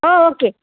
हो ओके